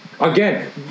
Again